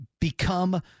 become